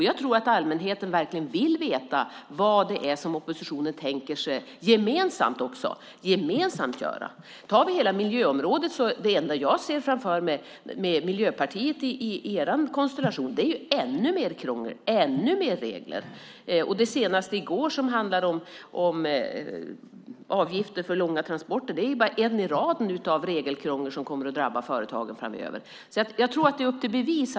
Jag tror att allmänheten verkligen vill veta vad det är som oppositionen tänker göra gemensamt. Tar vi hela miljöområdet är det enda som jag ser framför mig med Miljöpartiet i er konstellation ännu mer krångel, ännu mer regler. Det senaste i går som handlade om avgifter för långa transporter är bara ett i raden av regelkrångel som kommer att drabba företagen framöver. Det är upp till bevis.